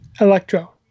Electro